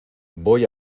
voy